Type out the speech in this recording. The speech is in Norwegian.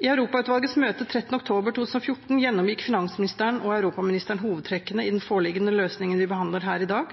I Europautvalgets møte den 13. oktober 2014 gjennomgikk finansministeren og europaministeren hovedtrekkene i den foreliggende løsningen vi behandler her i dag,